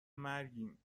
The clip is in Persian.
مرگیم